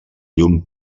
llum